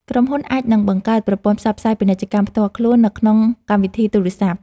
ក្រុមហ៊ុនអាចនឹងបង្កើតប្រព័ន្ធផ្សព្វផ្សាយពាណិជ្ជកម្មផ្ទាល់ខ្លួននៅក្នុងកម្មវិធីទូរសព្ទ។